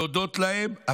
להודות להם,